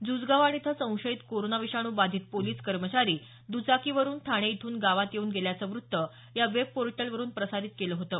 जूजगव्हाण इथं संशयित कोरोना विषाणू बाधित पोलीस कर्मचारी दचाकीवर ठाणे इथून गावात येऊन गेल्याचं वृत्त या वेब पोर्टलवरुन प्रसारित केलं होतं